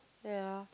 there are